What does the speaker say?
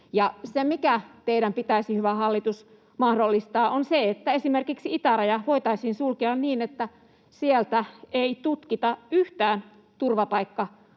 paljon. Teidän pitäisi, hyvä hallitus, mahdollistaa se, että esimerkiksi itäraja voitaisiin sulkea niin, että sieltä ei tutkita yhtään turvapaikkahakemusta,